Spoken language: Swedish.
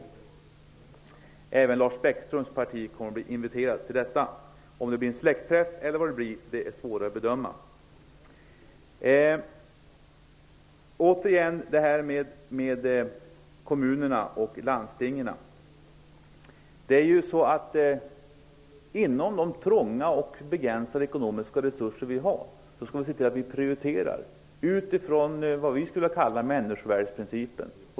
Även Lars Bäckströms parti kommer att bli inviterat till det arbetet. Om det blir en släktträff eller ej är svårare att bedöma. Jag skall återigen ta upp frågan om kommunerna och landstingen. Inom de trånga och begränsade ekonomiska resurser som finns skall vi se till att det prioriteras utifrån vad vi skulle vilja kalla människovärdighetsprincipen.